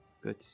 Good